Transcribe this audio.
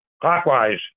clockwise